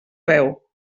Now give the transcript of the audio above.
veu